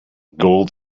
gold